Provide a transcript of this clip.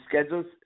schedules